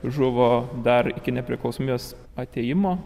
žuvo dar iki nepriklausomybės atėjimo